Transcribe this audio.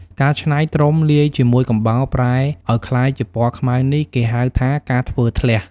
ការច្នៃត្រុំលាយជាមួយកំបោរ ប្រែឱ្យក្លាយជាពណ៌ខ្មៅនេះ គេហៅថា "ការធ្វើធ្លះ"។